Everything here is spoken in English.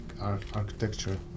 architecture